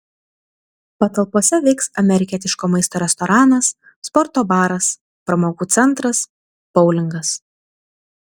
patalpose veiks amerikietiško maisto restoranas sporto baras pramogų centras boulingas